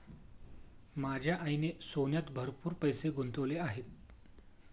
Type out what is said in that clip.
माझ्या आईने सोन्यात भरपूर पैसे गुंतवले आहेत